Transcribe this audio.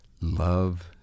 love